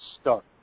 start